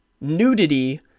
nudity